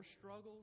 struggles